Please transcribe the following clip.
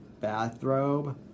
bathrobe